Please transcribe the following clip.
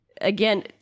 again